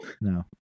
no